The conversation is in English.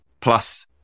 plus